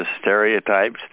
stereotypes